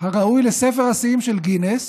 הראוי לספר השיאים של גינס,